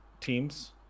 teams